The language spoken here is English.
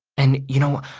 and, you know,